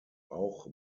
auch